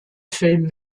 film